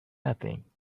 nothing